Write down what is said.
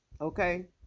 okay